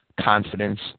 confidence